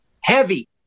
Heavy